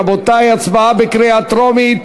רבותי, הצבעה בקריאה טרומית.